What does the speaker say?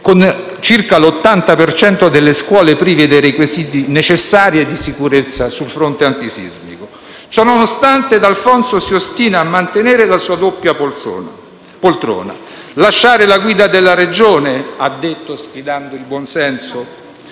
con circa l'80 per cento delle scuole prive dei necessari requisiti di sicurezza sul fronte antisismico. Ciononostante, D'Alfonso si ostina a mantenere la sua doppia poltrona: «Lasciare la guida della Regione?» ha detto, sfidando il buon senso